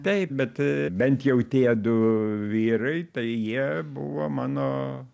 taip bet bent jau tie du vyrai tai jie buvo mano